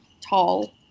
tall